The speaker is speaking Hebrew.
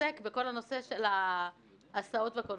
שמתעסק בכל הנושא של ההסעות והכל,